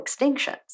extinctions